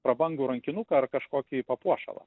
prabangų rankinuką ar kažkokį papuošalą